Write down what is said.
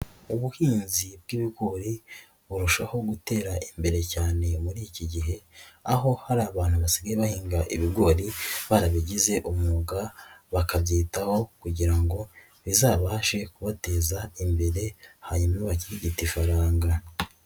Ubuhinzi bw'ibigori burushaho gutera imbere cyane muri iki gihe. Aho hari abantu basigaye bahinga ibigori barabigize umwuga, bakabyitaho kugira ngo bizabashe kubateza imbere hanyuma bakirigite ifaranga.